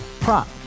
Prop